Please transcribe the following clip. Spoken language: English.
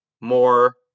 more